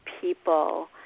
people